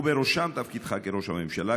ובראשם תפקידך כראש הממשלה,